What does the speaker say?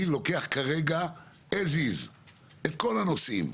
אני לוקח כרגע as is את כל הנושאים,